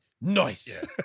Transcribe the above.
Nice